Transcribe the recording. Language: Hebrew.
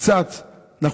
אנחנו נהיה קצת איתם.